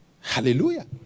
Hallelujah